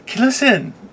Listen